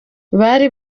bari